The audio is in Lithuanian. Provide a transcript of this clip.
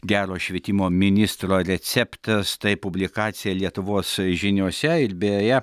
gero švietimo ministro receptas tai publikacija lietuvos žiniose ir beje